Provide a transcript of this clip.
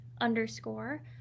underscore